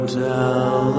tell